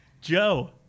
Joe